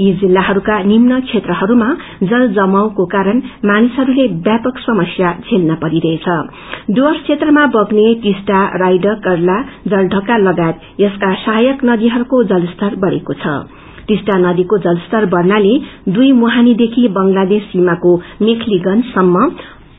यी जिल्लाहरूका निम्न क्षेत्रहरूमा जल जमाउको कारण मानिसइस्ले व्यापक समस्य झेलिरहेका छन्नु डुर्वस क्षेत्रमा बहने टिस्टा रायडककरला जललका लागायत यसका सहायक नदीहरूको जलस्तर बढ़ेको छाटिस्टा नदीको जलस्तर बढ़नाले दो मुझनीदेखि बंगलादेश सीमाको मेखलीगंज सम्म